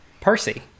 Percy